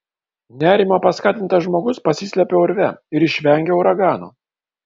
nerimo paskatintas žmogus pasislepia urve ir išvengia uragano